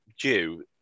due